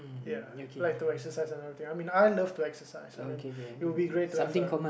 ya like to exercise and everything I mean I love to exercise I mean it would be great to have a